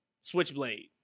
Switchblade